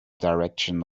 direction